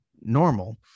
normal